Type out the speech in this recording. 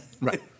Right